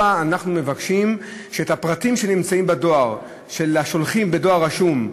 אנחנו מבקשים שהפרטים של השולחים בדואר רשום,